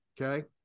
Okay